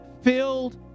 Filled